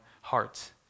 hearts